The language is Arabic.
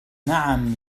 نعم